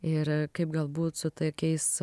ir kaip galbūt su tokiais